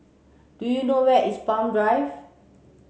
do you know where is Palm Drive